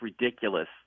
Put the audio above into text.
ridiculous